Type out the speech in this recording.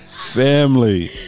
Family